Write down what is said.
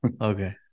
Okay